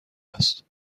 است